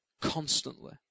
constantly